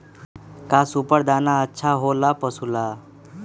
का सुपर दाना अच्छा हो ला पशु ला?